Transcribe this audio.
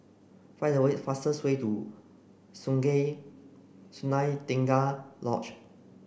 find the way fastest way to Sungei Sunai Tengah Lodge